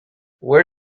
where